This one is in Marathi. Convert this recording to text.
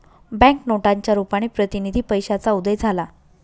बँक नोटांच्या रुपाने प्रतिनिधी पैशाचा उदय झाला